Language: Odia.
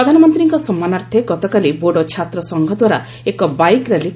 ପ୍ରଧାନମନ୍ତ୍ରୀଙ୍କ ସମ୍ମାନାର୍ଥେ ଗତକାଲି ବୋଡୋ ଛାତ୍ର ସଂଘ ଦ୍ୱାରା ଏକ ବାଇକ୍ ର୍ୟାଲି କରାଯାଇଥିଲା